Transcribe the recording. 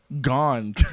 Gone